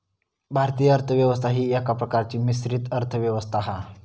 भारतीय अर्थ व्यवस्था ही एका प्रकारची मिश्रित अर्थ व्यवस्था हा